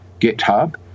GitHub